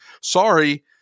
Sorry